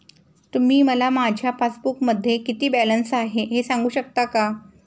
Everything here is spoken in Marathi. तुम्ही मला माझ्या पासबूकमध्ये किती बॅलन्स आहे हे सांगू शकता का?